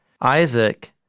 Isaac